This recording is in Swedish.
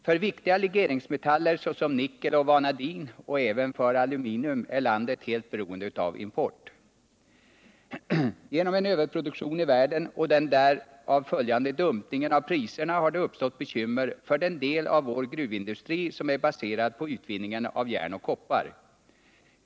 För viktiga legeringsmetaller, såsom nickel och vanadin, och även för aluminium är landet helt beroende av import. Genom en överproduktion i världen och den därav följande dumpningen av priserna har det uppstått bekymmer för den del av vår gruvindustri som är baserad på utvinningen av järn och koppar.